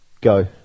go